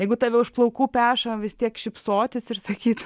jeigu tave už plaukų peša vis tiek šypsotis ir sakyti